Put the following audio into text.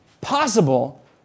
possible